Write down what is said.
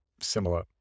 similar